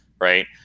right